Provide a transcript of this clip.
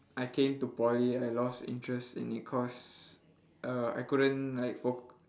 I came to poly I lost interest in it cause err I couldn't like foc~